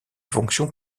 fonction